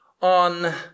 on